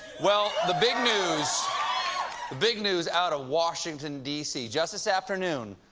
well, the big news big news out of washington, d c, just this afternoon,